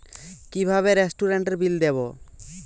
কিভাবে রেস্টুরেন্টের বিল দেবো?